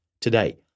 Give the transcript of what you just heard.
today